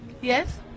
Yes